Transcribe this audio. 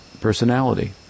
personality